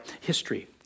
history